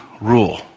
rule